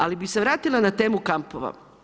Ali bi se vratila na temu kampova.